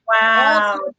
wow